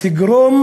תגרום